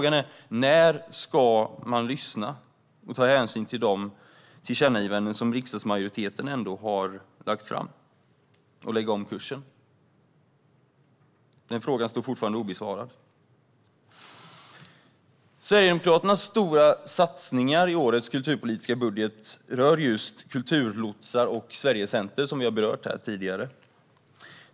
När ska regeringen lyssna och ta hänsyn till de tillkännagivanden som en riksdagsmajoritet har gjort och lägga om kursen? Frågan är fortfarande obesvarad. Sverigedemokraternas stora satsningar i årets kulturpolitiska budget rör kulturlotsar och Sverigecenter, vilket vi tidigare har berört.